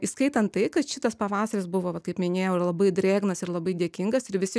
įskaitan tai kad šitas pavasaris buvo kaip minėjau ir labai drėgnas ir labai dėkingas ir visi